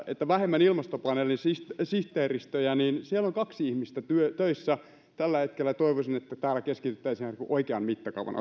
että vähemmän ilmastopaneelin sihteeristöjä niin huomauttaisin edustaja ranteelle että siellä on kaksi ihmistä töissä tällä hetkellä toivoisin että täällä keskityttäisiin ihan niin kuin oikean mittakaavan